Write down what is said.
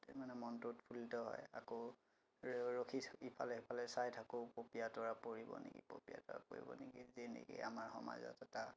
এই মানে মনটো উৎফুল্লিত হয় আকৌ ৰখি চখি ইফালে সিফালে চাই থাকোঁ পপীয়া তৰা পৰিব নেকি পপীয়া তৰা পৰিব নেকি যেনেকৈ আমাৰ সমাজত এটা